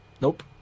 Nope